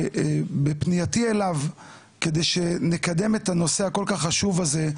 שבפנייתי אליו כדי שנקדם את הנושא הכל כך חשוב הזה,